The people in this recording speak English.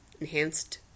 Enhanced